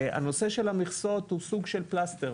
הנושא של המכסות הוא סוג של פלסתר.